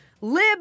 Lib